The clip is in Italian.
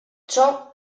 ciò